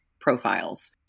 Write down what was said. profiles